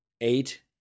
eight